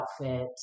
outfit